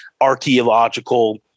archaeological